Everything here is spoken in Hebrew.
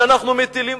שאנחנו מטילים,